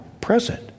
present